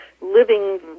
living